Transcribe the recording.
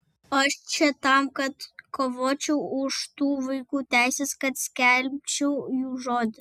aš čia tam kad kovočiau už tų vaikų teises kad skelbčiau jų žodį